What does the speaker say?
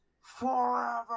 Forever